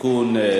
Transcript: שלישית